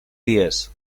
dies